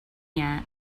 yet